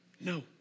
No